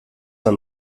ein